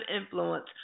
influence